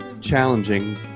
Challenging